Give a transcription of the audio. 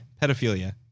Pedophilia